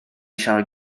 siarad